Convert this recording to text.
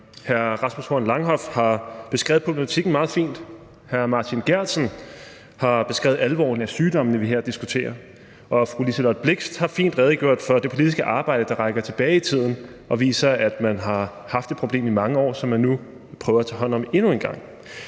Hr. Rasmus Langhoff har beskrevet problematikken meget fint, hr. Martin Geertsen har beskrevet alvoren i sygdommene, vi her diskuterer, og fru Liselott Blixt har fint redegjort for det politiske arbejde, der rækker tilbage i tiden og viser, at man har haft et problem i mange år, og som man nu prøver at tage hånd om endnu en gang.